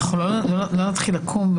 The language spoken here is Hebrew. אנחנו לא מתחילים עקום.